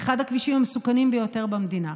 אחד הכבישים המסוכנים ביותר במדינה,